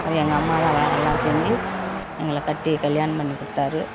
அப்புறம் எங்கள் அம்மாதான் வேலையெலாம் செஞ்சு எங்களை கட்டி கல்யாணம் பண்ணி கொடுத்தாரு